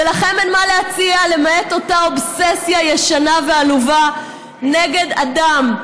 ולכם אין מה להציע למעט אותה אובססיה ישנה ועלובה נגד אדם.